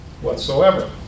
Whatsoever